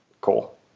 Cool